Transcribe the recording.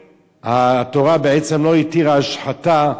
התורה בעצם לא התירה השחתה,